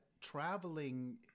traveling